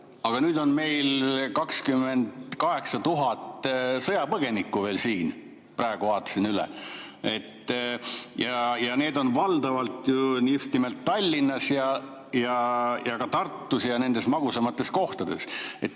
aga nüüd on meil 28 000 sõjapõgenikku ka veel siin, praegu vaatasin üle. Nad on valdavalt just nimelt Tallinnas, Tartus ja nendes magusamates kohtades.